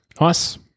Nice